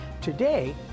Today